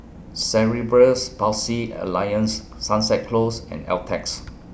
Cerebral Palsy Alliance Sunset Close and Altez